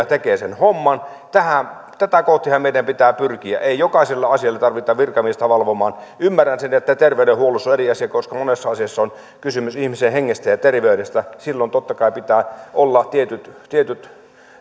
tekee sen homman tätä kohtihan meidän pitää pyrkiä ei jokaiseen asiaan tarvita virkamiestä valvomaan ymmärrän sen että terveydenhuollossa se on eri asia koska monessa asiassa on kysymys ihmisen hengestä ja terveydestä silloin totta kai pitää olla tietyt tietyt